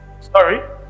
Sorry